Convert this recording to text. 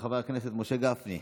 חבר הכנסת משה גפני,